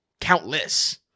Countless